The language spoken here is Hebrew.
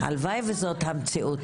הלוואי וזאת המציאות,